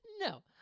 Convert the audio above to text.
no